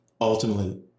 ultimately